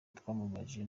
twamubajije